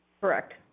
Correct